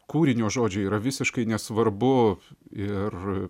kūrinio žodžiai yra visiškai nesvarbu ir